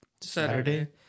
Saturday